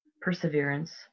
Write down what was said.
perseverance